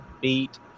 beat